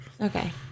Okay